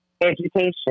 education